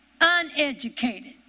Uneducated